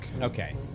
Okay